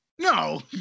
no